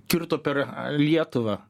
kirto per lietuvą